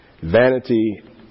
Vanity